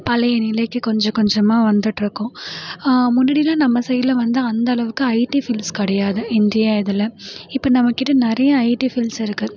பழைய நிலைக்கு கொஞ்சம் கொஞ்சமாக வந்துட்டு இருக்கோம் முன்னாடிலாம் நம்ம சைட்ல வந்து அந்தளவுக்கு ஐடி ஃபீல்ட்ஸ் கிடையாது இந்தியா இதில் இப்போ நம்மக்கிட்ட நிறையா ஐடி ஃபீல்ட்ஸ் இருக்குது